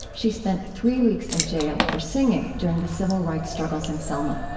she spent three weeks in jail for singing during the civil rights struggles in selma